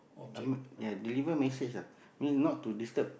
um ya deliver message ah mean not to disturb